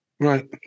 Right